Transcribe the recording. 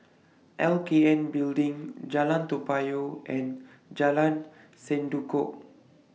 L K N Building Jalan Toa Payoh and Jalan Sendudok